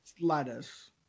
lettuce